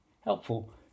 helpful